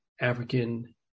African